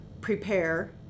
prepare